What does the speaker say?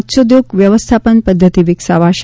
મત્સ્યોદ્યોગ વ્યવસ્થાપન પદ્ધતિ વિકસાવાશે